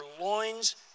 loins